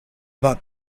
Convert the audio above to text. but